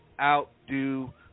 outdo